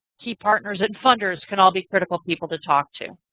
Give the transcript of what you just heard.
key partners and funders can all be critical people to talk to.